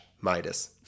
Midas